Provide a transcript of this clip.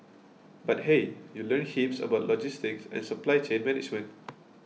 but hey you learn heaps about logistics and supply chain management